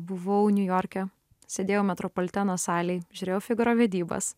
buvau niujorke sėdėjau metropoliteno salėj žiūrėjau figaro vedybas